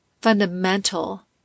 fundamental